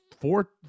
four